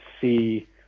see